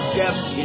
depth